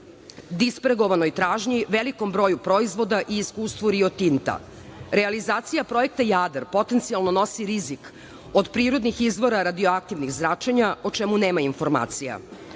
dispregovanoj tražnji, velikom broju proizvoda i iskustvu Rio Tinta. Realizacija projekta „Jadar“ potencijalno nosi rizik od prirodnih izvora radioaktivnih zračenja, o čemu nema informacija. Ova